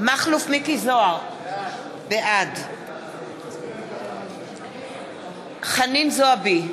מכלוף מיקי זוהר, בעד חנין זועבי,